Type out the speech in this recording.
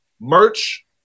Merch